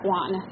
one